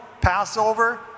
Passover